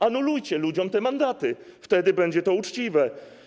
Anulujcie ludziom te mandaty, wtedy będzie to uczciwe.